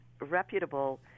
reputable